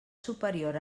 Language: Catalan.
superior